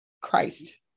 Christ